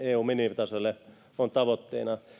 eun minimitasolle on tavoitteena